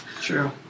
True